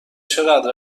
چقدر